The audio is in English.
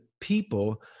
people